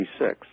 1966